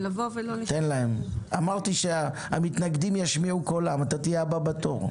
אתה תהיה הבא בתור.